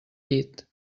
llit